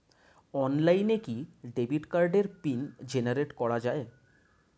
অনলাইনে কি ডেবিট কার্ডের পিন জেনারেট করা যায়?